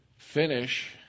Finish